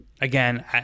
Again